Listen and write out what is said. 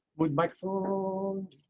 with mike for um